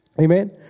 Amen